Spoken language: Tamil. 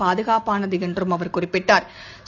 பாதுகாப்பானது என்றும் அவர் குறிப்பிட்டாா்